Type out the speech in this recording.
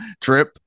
trip